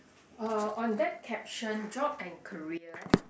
uh on that caption job and career